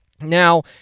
Now